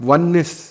Oneness